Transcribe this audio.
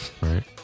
right